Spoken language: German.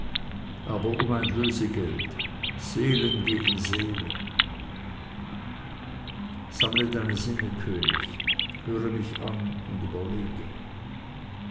aber um ein lösegeld seelen gegen seele sammle deine sinne könig höre mich an und überlege